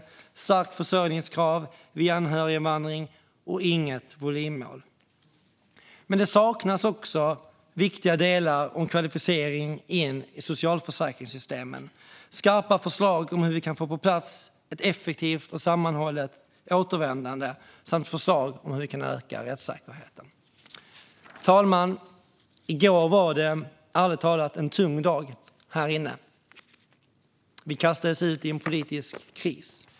Det är stärkt försörjningskrav vid anhöriginvandring och inget volymmål. Men det saknas också viktiga delar om kvalificering in i socialförsäkringssystemen. Det saknas skarpa förslag om hur vi kan få på plats ett effektivt och sammanhållet återvändande samt förslag om hur vi kan öka rättssäkerheten. Fru talman! I går var det ärligt talat en tung dag här inne i kammaren. Vi kastades ut i en politisk kris.